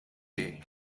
tiegħi